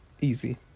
Easy